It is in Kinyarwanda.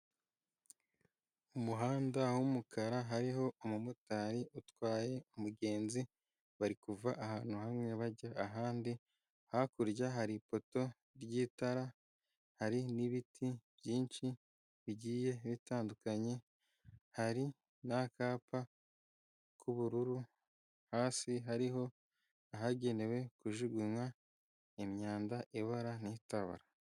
Umuhanda w'umukara hariho umumotari utwaye umugenzi, bari kuva ahantu hamwe bajya ahandi. Hakurya hari ipoto ry'itara, hari n'ibiti byinshi bigiye bitandukanye, hari n'akapa k'ubururu hasi hariho ahagenewe kujugunya imyanda ibora n'itabora.